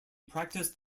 practiced